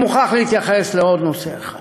אני מוכרח להתייחס לעוד נושא אחד.